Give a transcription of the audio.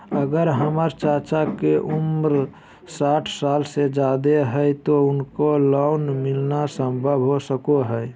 अगर हमर चाचा के उम्र साठ साल से जादे हइ तो उनका लोन मिलना संभव हो सको हइ?